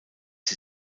sie